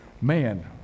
man